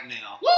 now